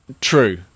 True